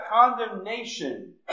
condemnation